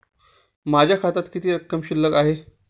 माझ्या खात्यात किती रक्कम शिल्लक आहे?